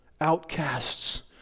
outcasts